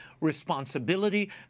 responsibility